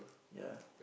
ya